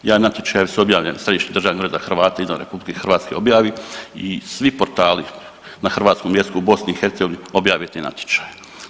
Javni natječaji su objavljeni, Središnji državni ured za Hrvate izvan RH objavi i svi portali na hrvatskom jeziku u BiH objave te natječaje.